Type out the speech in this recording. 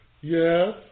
Yes